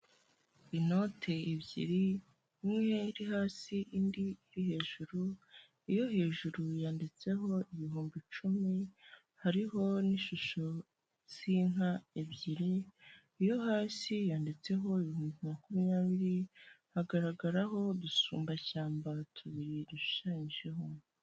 Inote ebyiri imwe iri hasi indi iri hejuru, iyo hejuru yanditseho ibihumbi icumi hariho n'ishusho z'inka ebyiri, iyo hasi yanditseho ibihumbi makumyabiri, hagaragaraho udusumbashyamba tubiri dushushanyijeho.